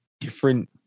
different